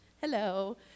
Hello